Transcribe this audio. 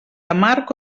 amarg